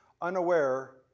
unaware